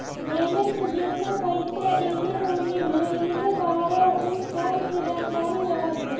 एमे तू जेतना पईसा एने ओने भेजले बारअ उ सब के जानकारी रहत बा